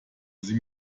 sie